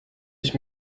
ich